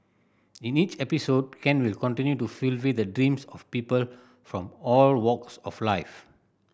in each episode Ken will continue to fulfil the dreams of people from all walks of life